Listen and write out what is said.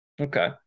Okay